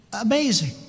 Amazing